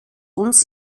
uns